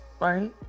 right